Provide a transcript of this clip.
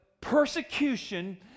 persecution